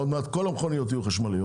עוד מעט כל המכוניות יהיו חשמליות.